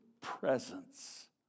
presence